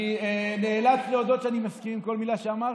אני נאלץ להודות שאני מסכים לכל מילה שאמרת,